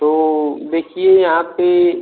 तो देखिए यहाँ पर